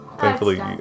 thankfully